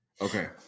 Okay